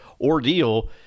ordeal